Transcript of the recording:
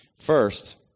First